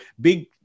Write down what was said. big